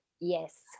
Yes